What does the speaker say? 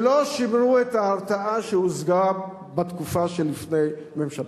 שלא שימרו את ההרתעה שהושגה בתקופה שלפני ממשלתך.